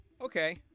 Okay